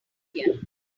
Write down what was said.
here